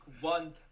one